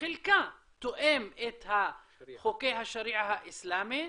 שחלקה תואם את חוקי השריעה האיסלמיים,